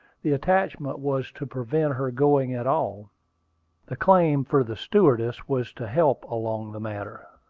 the attachment was to prevent her going at all the claim for the stewardess was to help along the matter.